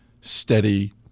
steady